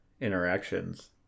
interactions